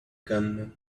gunman